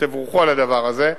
ותבורכו על הדבר הזה.